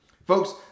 Folks